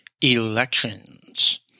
elections